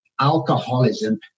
Alcoholism